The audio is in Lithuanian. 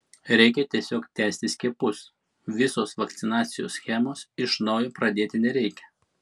reikia tiesiog tęsti skiepus visos vakcinacijos schemos iš naujo pradėti nereikia